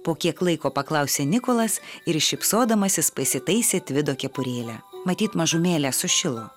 po kiek laiko paklausė nikolas ir šypsodamasis pasitaisė tvido kepurėlę matyt mažumėlę sušilo